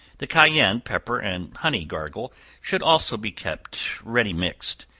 the cayenne pepper and honey gargle should also be kept ready mixed,